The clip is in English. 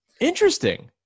Interesting